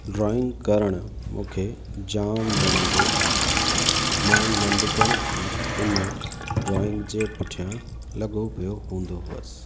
drawing करणु मूंखे जाम वणंदो आहे मां नंढपिण खां इन ड्रॉइंग जे पुठियां लॻो पियो हूंदो हुउसि